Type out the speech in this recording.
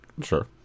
Sure